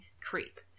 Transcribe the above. creep